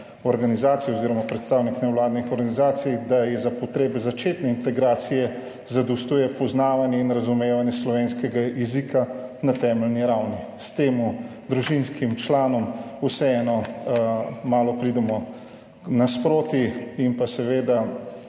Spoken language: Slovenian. organizacije oziroma predstavniki nevladnih organizacij, da za potrebe začetne integracije zadostuje poznavanje in razumevanje slovenskega jezika na temeljni ravni. S tem vseeno pridemo malo naproti